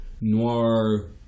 noir